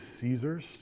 Caesars